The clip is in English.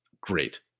great